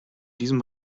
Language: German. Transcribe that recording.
diesem